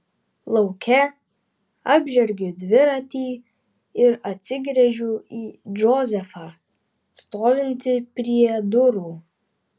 lauke apžergiu dviratį ir atsigręžiu į džozefą stovintį prie durų